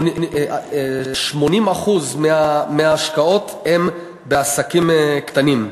80% מההשקעות הם בעסקים קטנים.